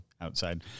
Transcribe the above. outside